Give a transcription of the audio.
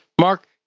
Mark